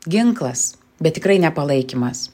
ginklas bet tikrai ne palaikymas